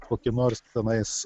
kokį nors tenais